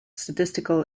statistical